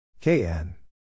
Kn